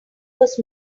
was